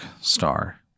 star